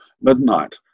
midnight